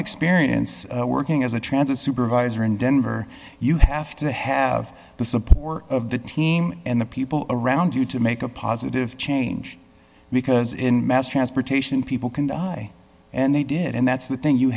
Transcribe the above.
experience working as a transit supervisor in denver you have to have the support of the team and the people around you to make a positive change because in mass transportation people can die and they did and that's the thing you